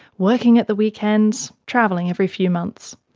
working at the weekends, travelling every few months.